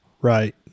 Right